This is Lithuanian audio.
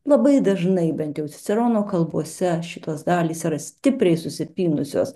labai dažnai bent jau cicerono kalbose šitos dalys yra stipriai susipynusios